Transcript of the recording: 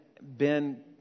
Ben